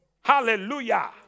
Hallelujah